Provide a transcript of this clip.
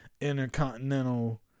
intercontinental